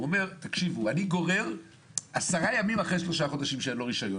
היא אומרת: אני גורר 10 ימים אחרי שלושה חודשים שאין לו רישיון,